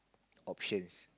options